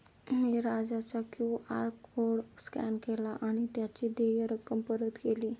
मी राजाचा QR code scan केला आणि त्याची देय रक्कम परत केली